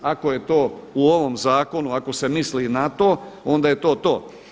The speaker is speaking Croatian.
Ako je to u ovom zakonu, ako se misli na to onda je to to.